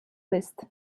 list